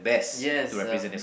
yes uh from the